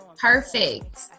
Perfect